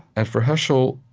and for heschel,